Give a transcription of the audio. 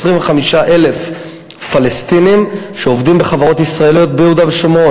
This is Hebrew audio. היום יש 25,000 פלסטינים שעובדים בחברות ישראליות ביהודה ושומרון.